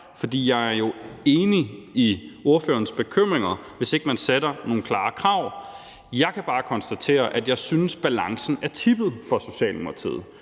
For jeg er jo enig i spørgerens bekymringer, hvis ikke man sætter nogle klare krav. Jeg kan bare konstatere, at jeg synes, at balancen er tippet for Socialdemokratiet;